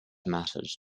mattered